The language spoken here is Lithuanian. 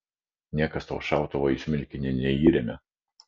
niekas tau šautuvo į smilkinį neįremia